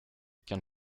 can